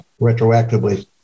retroactively